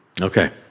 Okay